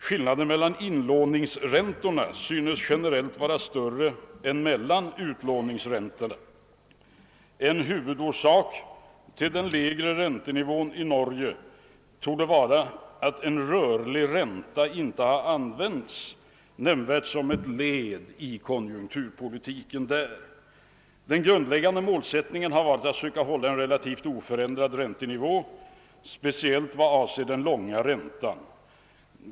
Skillnaden mellan inlåningsräntorna synes generellt vara större än mellan utlåningsräntorna. En huvudorsak till den lägre räntenivån i Norge torde vara att en rörlig ränta inte hade nämnvärt använts som ett led i konjunkturpolitiken. Den grundläggande målsättningen har varit att söka hålla en relativt oförändrad räntenivå, speciellt vad avser den långa räntan.